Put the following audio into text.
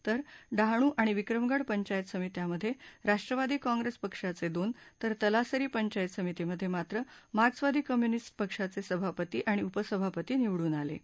तर डहाणू आणि विक्रमगड पंचायत समित्यामध्ये राष्ट्रवादी काँप्रेस पक्षाचे दोन तर तलासरी पंचायत समिति मध्ये मात्र माक्सवादी कम्यूनिस्ट पक्षाचे सभापती आणि उपसभापती निवडून आलेत